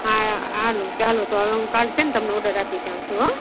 હા હાલો ચાલો તો હવે હું કાલે છે ને તમને ઓર્ડર આપી જાઉં છું હોં